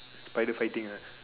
spider fighting ah